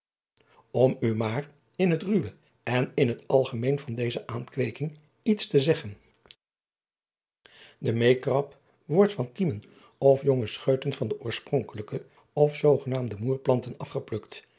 m u maar in het ruwe en in het algemeen van deze aankweeking iets te zeggen e eekrap wordt van kiemen of jonge scheuten van de oorspronkelijke of zoogenaamde moêr planten afgeplukt